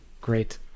Great